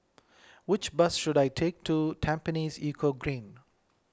which bus should I take to Tampines Eco Green